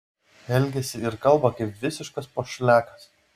elgiasi ir kalba kaip visiškas pošliakas